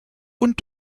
und